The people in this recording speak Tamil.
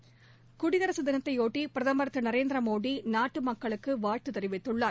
குடியரசு தினத்தைபொட்டி பிரதமர் திரு நரேந்திரமோடி நாட்டு மக்களுக்கு வாழ்த்து தெரிவித்துள்ளார்